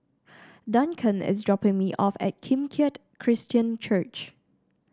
Duncan is dropping me off at Kim Keat Christian Church